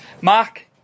Mark